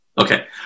Okay